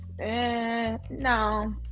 no